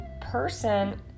person